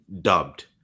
dubbed